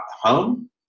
home